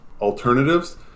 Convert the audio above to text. alternatives